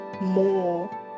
more